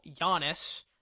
Giannis